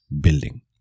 building